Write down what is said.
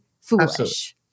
foolish